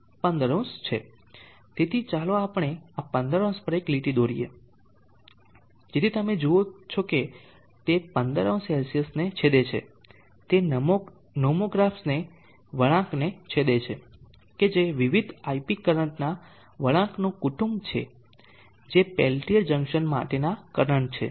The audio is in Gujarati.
તેથી ચાલો આપણે આ 150 પર એક લીટી દોરીએ જેથી તમે જુઓ કે તે 150 ને છેદે છે તે નોમોગ્રાફ્સ વળાંકને છેદે છે કે જે વિવિધ ip કરંટ પરના વળાંકનું કુટુંબ છે જે પેલ્ટીઅર જંકશન માટેના કરંટ છે